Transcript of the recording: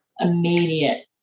immediate